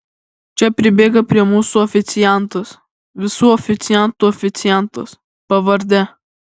čia pribėga prie mūsų oficiantas visų oficiantų oficiantas pavarde